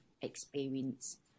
experience